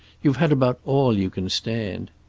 you've had about all you can stand.